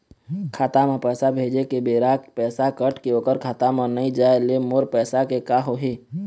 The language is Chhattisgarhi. खाता म पैसा भेजे के बेरा पैसा कट के ओकर खाता म नई जाय ले मोर पैसा के का होही?